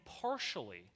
partially